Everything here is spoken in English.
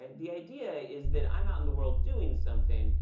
ah the idea is that i'm out in the world doing something,